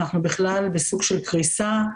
אנחנו בכלל בסוג של קריסה,